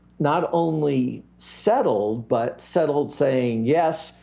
not only settled, but settled saying yes,